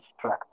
track